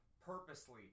purposely